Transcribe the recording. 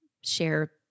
share